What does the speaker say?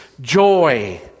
joy